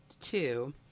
two